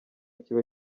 kiba